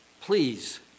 please